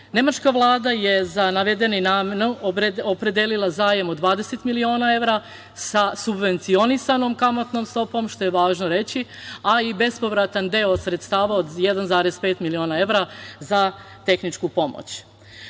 Nemačka vlada je za navedenu namenu opredelila zajam od 20 miliona evra, sa subvencionisanom kamatnom stopom, što je važno reći, a i bespovratan deo sredstava od 1,5 miliona evra za tehničku